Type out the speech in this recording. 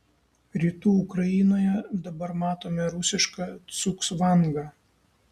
rytų ukrainoje dabar matome rusišką cugcvangą